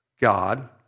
God